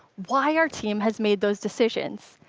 why our team has made those decisions.